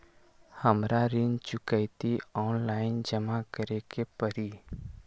हमरा ऋण चुकौती ऑनलाइन जमा करे के परी?